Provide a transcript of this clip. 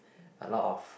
a lot of